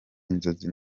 inzozi